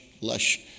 lush